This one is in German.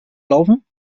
laufen